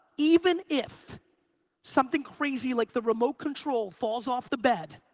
even if something crazy like the remote control falls off the bed,